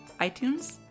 itunes